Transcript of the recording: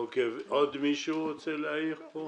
עוד מישהו רוצה להעיר פה?